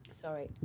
Sorry